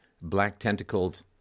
black-tentacled